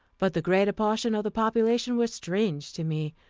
but the greater portion of the population were strange to me.